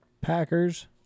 Packers